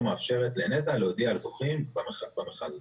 מאפשרת לנת"ע להודיע על זוכים במכרז הזה.